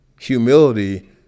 Humility